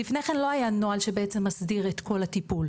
לפני כן לא היה נוהל שבעצם מסדיר את כל הטיפול,